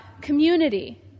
community